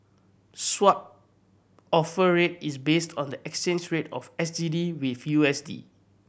Swap Offer Rate is based on the exchange rate of S G D with U S D